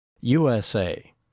USA